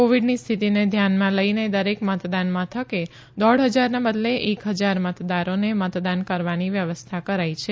કોવીડની સ્થિતિને ધ્યાનમાં લઇને દરેક મતદાન મથકે દોઢ ફજારના બદલે એક ફજાર મતદારોને મતદાન કરવાની વ્યવસ્થા કરાઇ છે